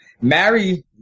marry